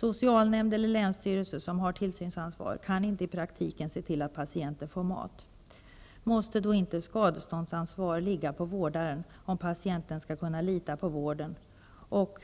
Socialnämnd eller länsstyrelse som har tillsynsansvar kan inte i praktiken se till att patienter får mat. Om patienten skall kunna lita på vården och